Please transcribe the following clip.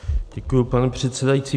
Děkuji, pane předsedající.